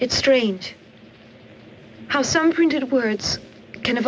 it's strange how some printed words can